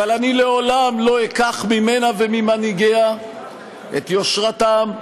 אבל אני לעולם לא אקח ממנה וממנהיגיה את יושרתם,